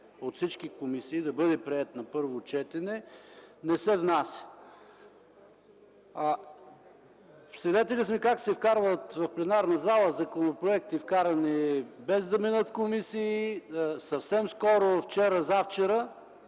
от всички тях, да бъде приет на първо четене – не се внася. Свидетели сме как се вкарват в пленарната зала законопроекти без да минат в комисии, съвсем скоро – вчера, завчера